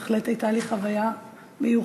בהחלט הייתה לי חוויה מיוחדת